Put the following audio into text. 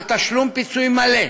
על תשלום פיצויים מלא,